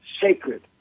sacred